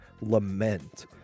lament